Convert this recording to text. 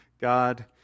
God